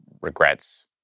regrets